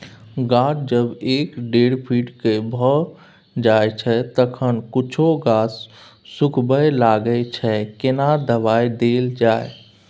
गाछ जब एक डेढ फीट के भ जायछै तखन कुछो गाछ सुखबय लागय छै केना दबाय देल जाय?